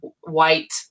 white